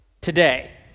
today